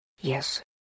Yes